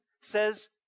says